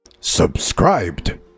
Subscribed